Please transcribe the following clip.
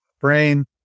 brain